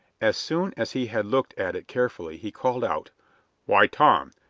as soon as he had looked at it carefully he called out why, tom,